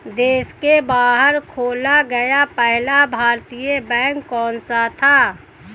देश के बाहर खोला गया पहला भारतीय बैंक कौन सा था?